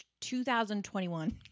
2021